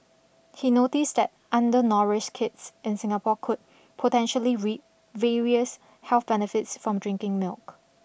he noticed that undernourished kids in Singapore could potentially reap various health benefits from drinking milk